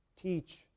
teach